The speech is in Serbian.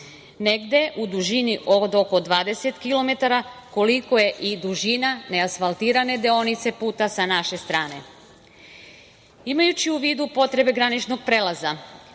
Negde u dužini od oko 20 kilometara, koliko je i dužina neasfaltirane deonice puta sa naše strane. Imajući u vidu potrebe graničnog prelaza,